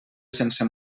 sense